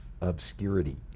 obscurity